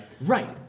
Right